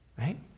Right